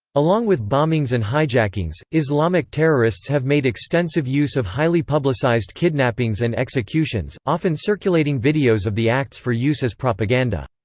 along with bombings and hijackings, islamic terrorists have made extensive use of highly publicised kidnappings and executions, often circulating videos of the acts for use as propaganda.